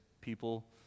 people